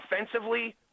offensively